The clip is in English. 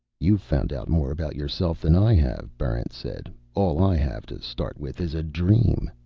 you've found out more about yourself than i have, barrent said. all i have to start with is a dream.